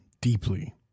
deeply